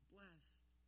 Blessed